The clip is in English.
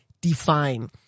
define